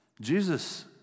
Jesus